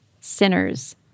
sinners